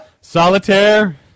Solitaire